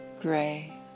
gray